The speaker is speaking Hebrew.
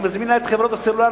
אני מזמין הנה את חברות הסלולר,